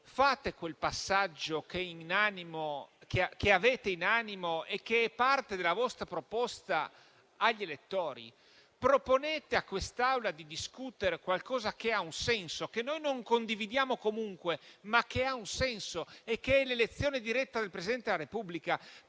fate quel passaggio che avete in animo e che è parte della vostra proposta agli elettori; proponete a quest'Aula di discutere qualcosa che abbia un senso: proponete qualcosa che noi non condividiamo comunque, ma che abbia un senso, ossia l'elezione diretta del Presidente della Repubblica,